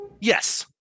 yes